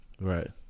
right